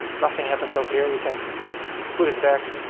nothing happens over here. you can put it back.